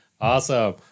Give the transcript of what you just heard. Awesome